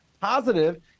positive